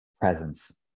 presence